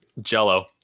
jello